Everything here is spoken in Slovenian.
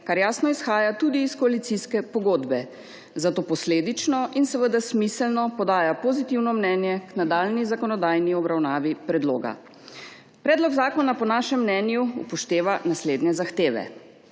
kar jasno izhaja tudi iz koalicijske pogodbe, zato posledično in smiselno podaja pozitivno mnenje k nadaljnji zakonodajni obravnavi predloga. Predlog zakona po našem mnenju upošteva naslednje zahteve: